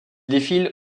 défile